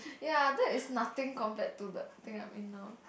ya that is nothing compared to the thing I'm in now